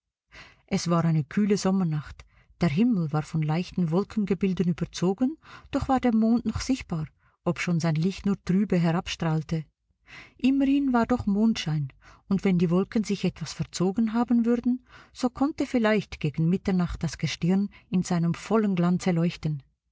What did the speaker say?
es war eine kühle sommernacht der himmel war von leichten wolkengebilden überzogen doch war der mond noch sichtbar obschon sein licht nur trübe herabstrahlte immerhin war doch mondenschein und wenn die wolken sich etwas verzogen haben würden so konnte vielleicht gegen mitternacht das gestirn in seinem vollen glanze leuchten